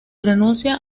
renuncia